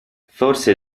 forse